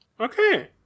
Okay